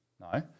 No